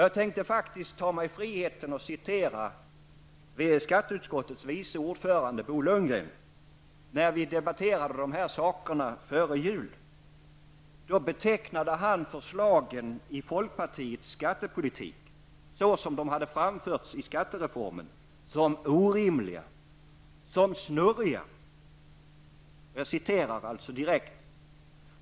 Jag tänkte ta mig friheten att citera vad skatteutskottet vice ordförande Bo Lundgren sade när vi diskuterade dessa frågor före jul. Då betecknade han förslagen i folkpartiets skattepolitik såsom de hade framförts i skattereformen som ''orimliga'' och ''snurriga''.